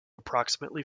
approximately